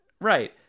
Right